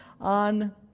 on